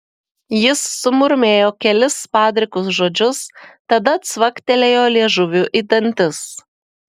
jis sumurmėjo kelis padrikus žodžius tada cvaktelėjo liežuviu į dantis